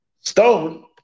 Stone